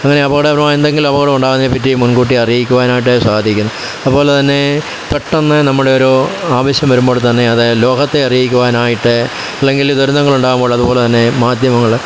അങ്ങനെ അപകടകരമായത് എന്തെങ്കിലും അപകടമുണ്ടാകുന്നതിനെ റ്റി പറ്റി മുൻകൂട്ടി അറിയിക്കുവാനായിട്ട് സാധിക്കും അതുപോലെ തന്നെ പെട്ടെന്ന് നമ്മുടെ ഒരു ആവശ്യം വരുമ്പോൾത്തന്നെ അത് ലോകത്തെ അറിയിക്കുവാനായിട്ട് അല്ലെങ്കിൽ ദുരിതങ്ങളുണ്ടാകുമ്പോൾ അതു പോലെ തന്നെ മാധ്യമങ്ങൾ